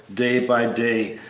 day by day,